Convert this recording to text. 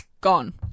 Gone